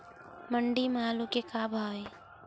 मंडी म आलू के का भाव हे?